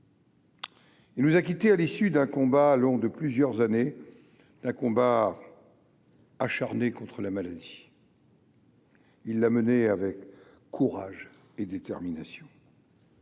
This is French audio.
Il nous a quittés à l'issue d'un combat long de plusieurs années la combat. Acharné contre la maladie. Il l'a menée avec courage et détermination.